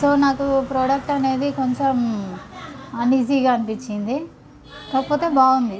so నాకు product అనేది కొంచెం అన్ఈజీగా అనిపించింది కాకపోతే బాగుంది